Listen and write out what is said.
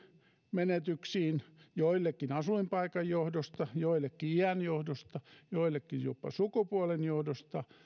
menetyksiin joillekin asuinpaikan johdosta joillekin iän johdosta joillekin jopa sukupuolen johdosta